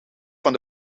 van